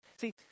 See